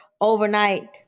overnight